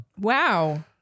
Wow